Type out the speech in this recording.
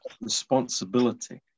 responsibility